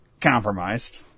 compromised